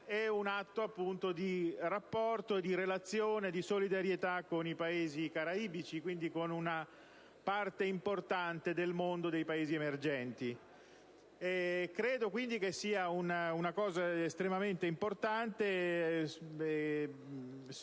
e un atto di rapporto, di relazione, di solidarietà con i Paesi caraibici, quindi con una parte importante del mondo dei Paesi emergenti. Credo quindi sia un elemento estremamente importante